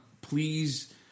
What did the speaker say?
please